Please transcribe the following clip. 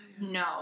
No